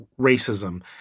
racism